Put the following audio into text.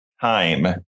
time